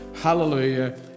Hallelujah